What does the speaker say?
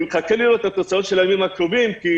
אני מחכה לראות את התוצאות של הימים הקרובים כי